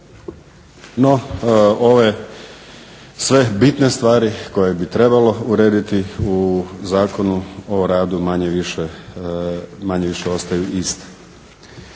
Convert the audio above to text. No, ove sve bitne stvari koje bi trebalo urediti u Zakonu o radu manje-više, manje-više